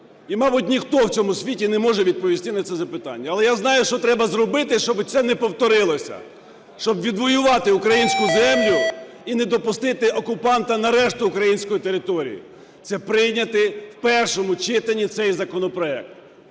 і мабуть ніхто в цьому світі не може відповісти не може відповісти на це запитання. Але я знаю, що треба зробити, щоби це не повторилося, щоб відвоювати українську землю і не допустити окупанта на решту української території – це прийняти в першому читанні цей законопроект.